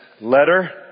letter